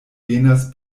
venas